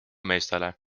meestele